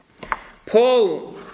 Paul